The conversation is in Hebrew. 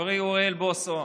חברי אוריאל בוסו,